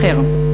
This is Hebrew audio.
אחר.